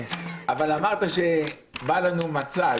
אבל אמרת שיש לנו מצע.